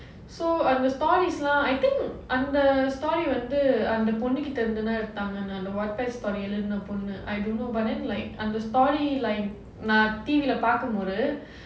so um the story is lah I think அந்த:antha story வந்து அந்த பொண்ணுக்கிட்டயிருந்தா எடுத்தாங்க:vandhu andha ponnukitairundha eduthaanga Wattpad story எழுதின பொண்ணு:ezhuthina ponnu I don't know but then like um the story line நா:naa T_V leh பார்க்கும்போது:paarkumpothu